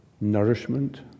nourishment